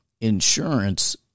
insurance